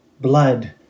blood